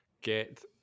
Get